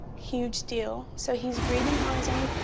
huge deal. so he's breathing on his own.